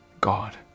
God